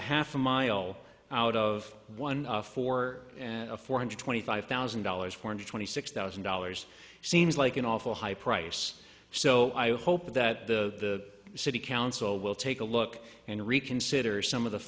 a half a mile out of one for a four hundred twenty five thousand dollars for twenty six thousand dollars seems like an awful high price so i hope that the city council will take a look and reconsider some of the